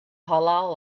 halal